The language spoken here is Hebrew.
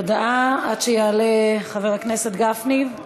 הודעה, עד שיעלה חבר הכנסת גפני, בבקשה.